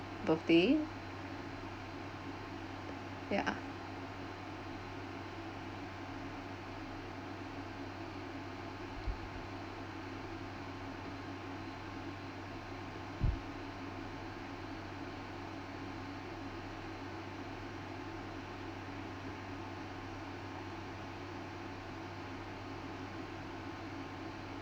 birthday yeah